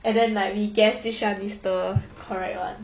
and then like we guess which one is the correct one